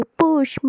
push